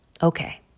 Okay